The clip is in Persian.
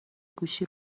گوشی